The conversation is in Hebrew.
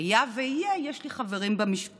אם יהיה, יש לי חברים במשטרה.